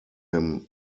him